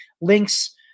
links